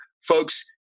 folks